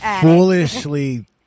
Foolishly